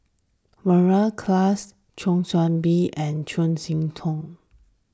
Mary Klass Kwa Soon Bee and Chuang Hui Tsuan